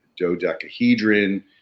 dodecahedron